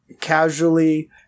casually